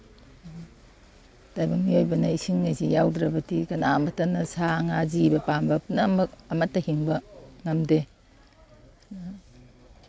ꯇꯥꯏꯕꯪ ꯃꯤꯑꯣꯏꯕꯅ ꯏꯁꯤꯡ ꯑꯁꯤ ꯌꯥꯎꯗ꯭ꯔꯕꯗꯤ ꯀꯅꯥꯃꯇꯅ ꯁꯥ ꯉꯥ ꯖꯤꯕ ꯄꯥꯟꯕ ꯄꯨꯝꯅꯃꯛ ꯑꯃꯠꯇ ꯍꯤꯡꯕ ꯉꯝꯗꯦ